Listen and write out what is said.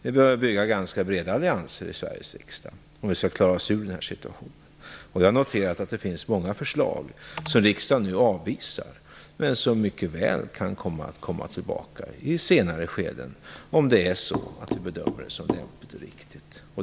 Vi behöver bygga ganska breda allianser i Sveriges riksdag för att vi skall klara oss ur den här situationen. Jag har noterat att det finns många förslag som riksdagen nu avvisar men som mycket väl kan komma tillbaka i senare skeden, om vi bedömer det som lämpligt och riktigt.